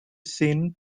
seen